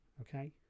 okay